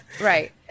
Right